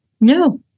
No